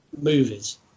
movies